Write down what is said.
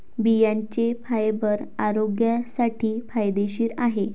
बियांचे फायबर आरोग्यासाठी फायदेशीर आहे